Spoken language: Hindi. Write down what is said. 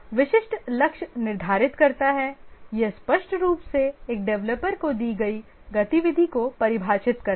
विशिष्ट लक्ष्य निर्धारित करता है यह स्पष्ट रूप से एक डेवलपर को दी गई गतिविधि को परिभाषित करता है